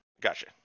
Gotcha